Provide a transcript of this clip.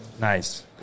Nice